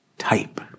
type